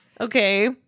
Okay